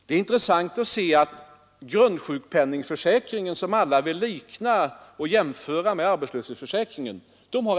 Det är intressant att se att exakt 4 miljoner människor är anslutna till sjukpenningförsäkringen, som alla vill likna vid och jämföra med arbetslöshetsförsäkringen.